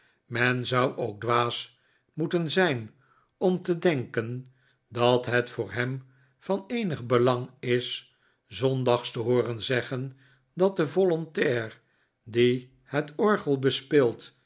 men zou ook dwaas moeten zijn om te denken dat het voor hem van eenig belang is s zondags te hooren zeggen dat de volontair die het orgel